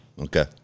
Okay